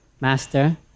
Master